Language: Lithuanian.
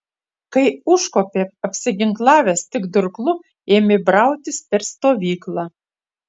kai užkopė apsiginklavęs tik durklu ėmė brautis per stovyklą